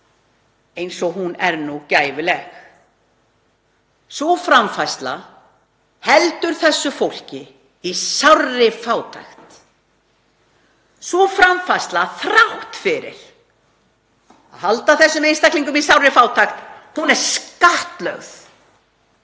eins og hún er nú gæfuleg. Sú framfærsla heldur þessu fólki í sárri fátækt. Sú framfærsla, þrátt fyrir að halda þessum einstaklingum í sárri fátækt, er skattlögð